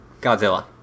Godzilla